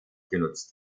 genutzt